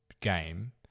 game